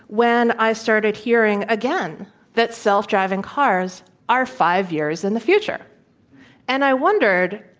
when i started hearing again that self-driving cars are five years in the future and i wondered,